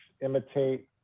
imitate